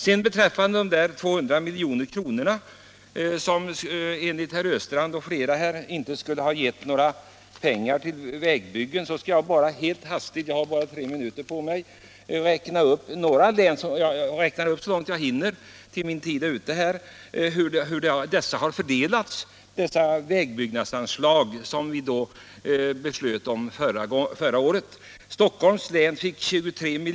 De förra året anslagna 200 miljonerna skulle enligt herr Östrand och flera andra talare inte ha gett några pengar till vägbyggen.